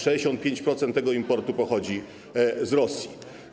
65% importu pochodzi z Rosji.